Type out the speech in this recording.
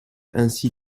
ainsi